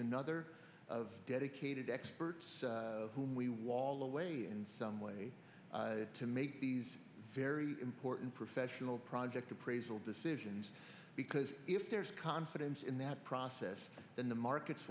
another of dedicated experts whom we wall away in some way to make these very important professional project appraisal decisions because if there is confidence in that process then the market